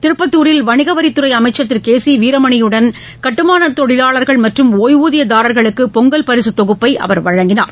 திருப்பத்தூரில் வணிகவரித்துறை அமைச்சர் திரு கே சி வீரமணியுடன் கட்டுமான தொழிவாளர்கள் மற்றும் ஒய்வூதியதாரர்களுக்கு பொங்கல் பரிசு தொகுப்பை அவர்வழங்கினார்